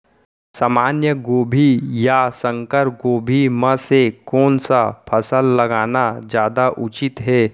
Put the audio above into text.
सामान्य गोभी या संकर गोभी म से कोन स फसल लगाना जादा उचित हे?